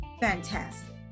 fantastic